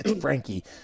Frankie